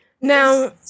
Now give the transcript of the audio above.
Now